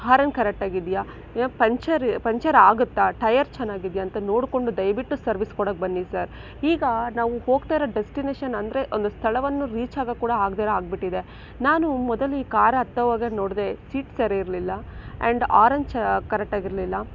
horn ಕರೆಟ್ಟಾಗಿದೆಯಾ ಇಲ್ಲ puncture puncture ಆಗುತ್ತಾ ಟಯರ್ ಚೆನ್ನಾಗಿದೆಯಾ ಅಂತ ನೋಡಿಕೊಂಡು ದಯವಿಟ್ಟು ಸರ್ವೀಸ್ ಕೊಡಕ್ಕೆ ಬನ್ನಿ ಸರ್ ಈಗ ನಾವು ಹೋಗ್ತಾ ಇರೋ ಡೆಸ್ಟಿನೇಷನ್ ಅಂದರೆ ಒಂದು ಸ್ಥಳವನ್ನು ರೀಚಾಗಕ್ಕೆ ಕೂಡ ಆಗ್ದೆಯಿರೋ ಆಗಿಬಿಟ್ಟಿದೆ ನಾನು ಮೊದಲು ಈ ಕಾರ್ ಹತ್ತೋವಾಗ ನೋಡಿದೆ ಸೀಟ್ ಸರಿ ಇರಲಿಲ್ಲ ಆ್ಯಂಡ್ ಆರನ್ ಚ್ ಕರೆಟ್ಟಾಗಿರಲಿಲ್ಲ